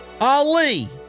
Ali